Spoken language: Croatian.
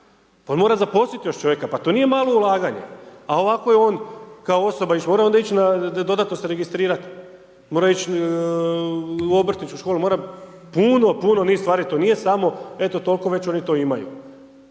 Pa on mora zaposliti još čovjeka, pa to nije malo ulaganje, a ovako je on kao osoba, mora onda ići dodatno se registrirati, mora ići u obrtničku školu, mora puno, puno niz stvari. To nije samo eto toliko, već oni to imaju.